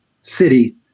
city